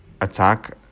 attack